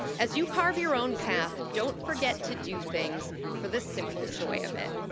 as you carve your own path, don't forget to do things for the simple joy of it.